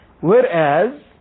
Whereas